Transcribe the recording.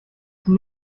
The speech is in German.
zum